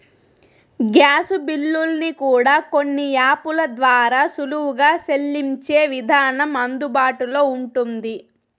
gas బిల్లుల్ని కూడా కొన్ని యాపుల ద్వారా సులువుగా సెల్లించే విధానం అందుబాటులో ఉంటుంది